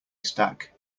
stack